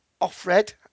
Offred